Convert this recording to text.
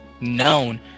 known